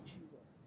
Jesus